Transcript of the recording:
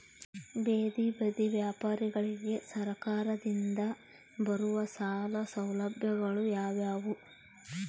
ಬೇದಿ ಬದಿ ವ್ಯಾಪಾರಗಳಿಗೆ ಸರಕಾರದಿಂದ ಬರುವ ಸಾಲ ಸೌಲಭ್ಯಗಳು ಯಾವುವು?